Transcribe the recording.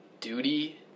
duty